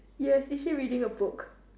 yes is he reading a book